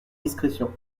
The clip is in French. discrétion